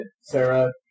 Sarah